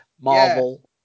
Marvel